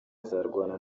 azarwana